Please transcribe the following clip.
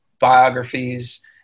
biographies